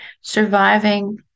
surviving